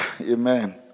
Amen